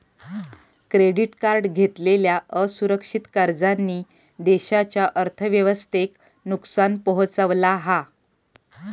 credit card घेतलेल्या असुरक्षित कर्जांनी देशाच्या अर्थव्यवस्थेक नुकसान पोहचवला हा